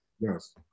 Yes